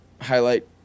highlight